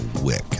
wick